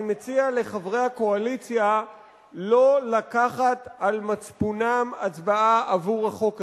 אני מציע לחברי הקואליציה לא לקחת על מצפונם הצבעה עבור החוק הזה.